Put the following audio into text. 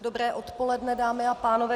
Dobré odpoledne, dámy a pánové.